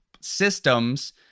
systems